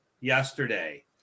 yesterday